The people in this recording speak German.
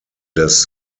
des